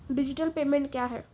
Digital payment क्या हैं?